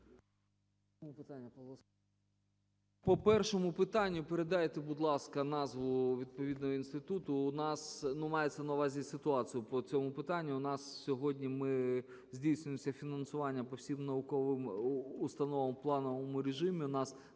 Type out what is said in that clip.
По першому питанню. Передайте, будь ласка, назву відповідного інституту. У нас… Ну, мається на увазі ситуацію по цьому питанню. У нас сьогодні, ми… здійснюється фінансування по всім науковим установам в плановому режимі.